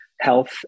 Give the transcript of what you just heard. health